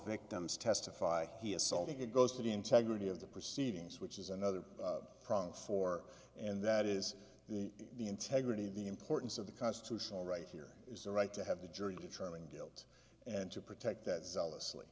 victims testify he assaulted it goes to the integrity of the proceedings which is another problem for and that is the the integrity of the importance of the constitutional right here is the right to have the jury determine guilt and to protect that zealous